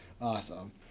Awesome